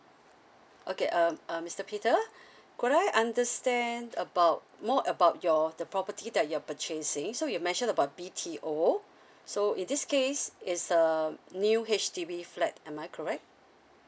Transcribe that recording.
okay um uh mister peter could I understand about more about your the property that you're purchasing so you mentioned about B_T_O so in this case is a new H_D_B flat am I correct